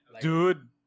Dude